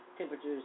Temperatures